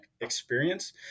experience